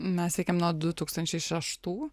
mes siekiam nuo du tūkstančiai šeštų